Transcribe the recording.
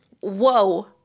Whoa